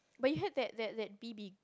but you heard that that that B_B